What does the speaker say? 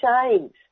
change